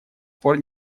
пор